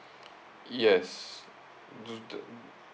yes do the